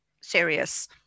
serious